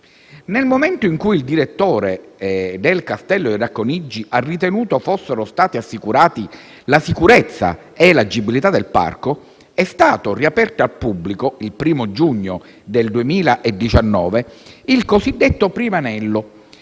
Nel momento in cui il direttore del castello di Racconigi ha ritenuto fossero state assicurate la sicurezza e l'agibilità del parco, è stato riaperto al pubblico il 1° giugno del 2019 il cosiddetto primo anello,